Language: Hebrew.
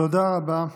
תודה רבה,